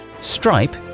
Stripe